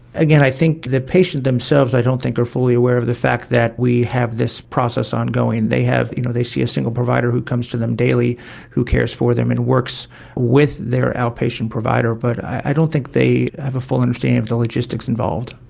again, i think the patients themselves i don't think were fully aware of the fact that we have this process ongoing. they you know see a single provider who comes to them daily who cares for them and works with their outpatient provider, but i don't think they have a full understanding of the logistics involved.